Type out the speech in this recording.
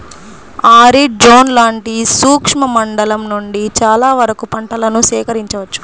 arid zone లాంటి శుష్క మండలం నుండి చాలా వరకు పంటలను సేకరించవచ్చు